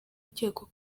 ukekwa